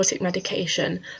medication